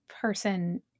person